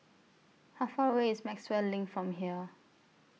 How Far away IS Maxwell LINK from here